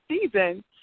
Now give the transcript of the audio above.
season